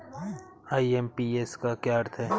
IMPS का क्या अर्थ है?